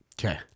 Okay